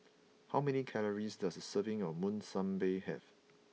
how many calories does a serving of Monsunabe have